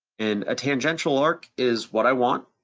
and a tangential arc is what i want,